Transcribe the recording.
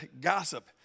gossip